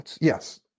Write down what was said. yes